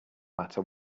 matter